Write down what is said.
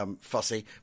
fussy